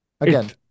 Again